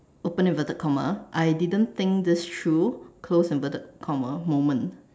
open inverted comma I didn't think this through close inverted comma moment